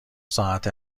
ساعت